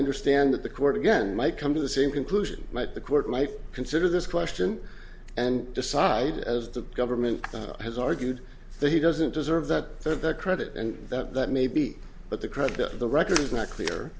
understand that the court again might come to the same conclusion might the court might consider this question and decide as the government has argued that he doesn't deserve that of the credit and that maybe but the credit record is not clear